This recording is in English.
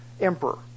emperor